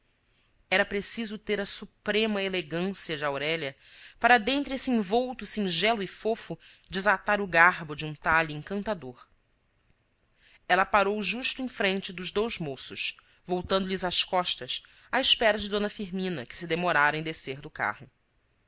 era preciso ter a suprema elegância de aurélia para dentre esse envolto singelo e fofo desatar o garbo de um talhe encantador ela parou justo em frente dos dous moços voltando lhes as costas à espera de d firmina que se demorara em descer do carro